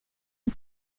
the